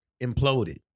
imploded